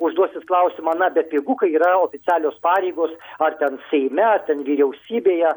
užduosit klausimą na bepigu kai yra oficialios pareigos ar ten seime ar ten vyriausybėje